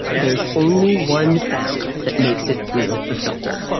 there's only one sound that makes it through the filter,